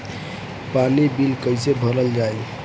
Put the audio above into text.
पानी बिल कइसे भरल जाई?